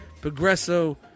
progresso